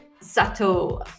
Sato